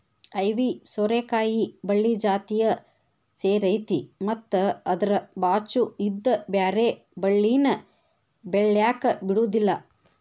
ಐವಿ ಸೋರೆಕಾಯಿ ಬಳ್ಳಿ ಜಾತಿಯ ಸೇರೈತಿ ಮತ್ತ ಅದ್ರ ಬಾಚು ಇದ್ದ ಬ್ಯಾರೆ ಬಳ್ಳಿನ ಬೆಳ್ಯಾಕ ಬಿಡುದಿಲ್ಲಾ